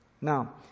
Now